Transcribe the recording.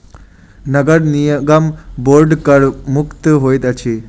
नगर निगम बांड कर मुक्त होइत अछि